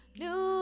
new